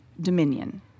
dominion